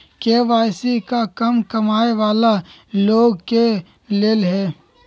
KYC का कम कमाये वाला लोग के लेल है?